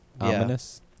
ominous